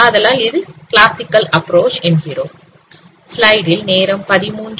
ஆதலால் இது classical approach